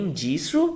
disso